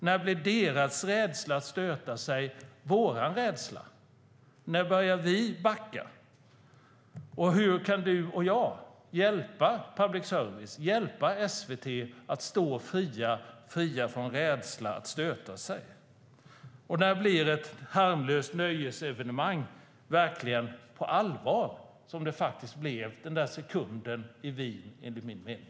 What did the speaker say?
När blir deras rädsla att stöta sig vår rädsla? När börjar vi backa? Hur kan du och jag hjälpa public service, hjälpa SVT, att stå fria från rädsla att stöta sig? När blir ett harmlöst nöjesevenemang verkligen på allvar, som det faktiskt enligt min mening blev den där sekunden i Wien?